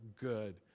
good